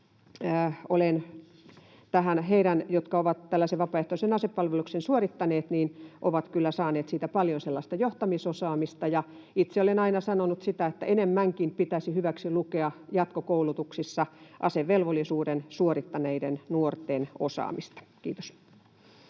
heitä, jotka ovat tällaisen vapaaehtoisen asepalveluksen suorittaneet, niin he ovat kyllä saaneet siitä paljon sellaista johtamisosaamista, ja itse olen aina sanonut sitä, että enemmänkin pitäisi hyväksilukea jatkokoulutuksissa asevelvollisuuden suorittaneiden nuorten osaamista. — Kiitos.